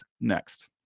next